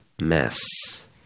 mess